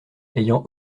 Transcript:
ayant